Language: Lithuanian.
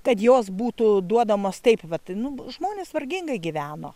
kad jos būtų duodamos taip vat nu žmonės vargingai gyveno